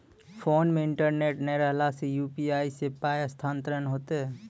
Phone मे internet नै रहला सॅ, यु.पी.आई सॅ पाय स्थानांतरण हेतै?